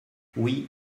oui